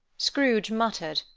scrooge muttered,